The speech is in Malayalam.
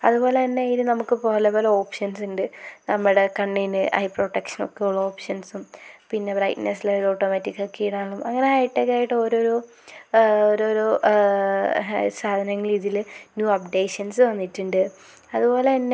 അതുപോല്ലന്നെ ഇതിന് നമുക്ക് പല പല ഒപ്ഷൻസ് ഉണ്ട് നമ്മുടെ കണ്ണിന് ഐ പ്രൊട്ടക്ഷൻ ഒക്കെയുള്ള ഓപ്ഷൻസും പിന്നെ ബ്രൈറ്റ്നസ്സിൽ ഒരു ഓട്ടോമാറ്റിക്കൊക്കെ ഇടാനും അങ്ങനെ ഹൈട്ടക്കായിട്ട് ഓരോരൊ ഓരോരൊ സാധനങ്ങളിതിൽ ന്യൂ അപ്ഡേഷൻസ് വന്നിട്ടുണ്ട് അതുപോല്ലന്നെ